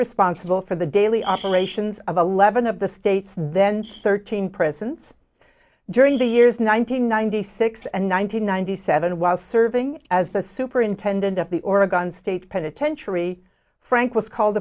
responsible for the daily operations of eleven of the states then thirteen presence during the years nine hundred ninety six and nine hundred ninety seven while serving as the superintendent of the oregon state penitentiary frank was called